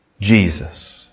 Jesus